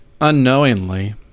unknowingly